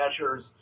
measures